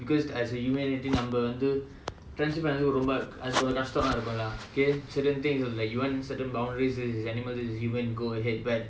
because as a humanity நம்ம வந்து:namma vanthu friends ரொம்ப கஷ்டமா இருக்கும்ல:romba kashtamaa irukumla okay certain things you like you want certain boundaries this is animal this is human go ahead but